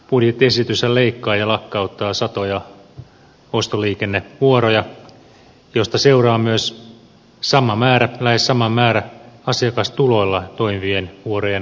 budjettiesityshän leikkaa ja lakkauttaa satoja ostoliikennevuoroja mistä seuraa myös lähes sama määrä asiakastuloilla toimivien vuorojen lakkautuksia